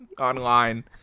online